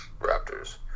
Raptors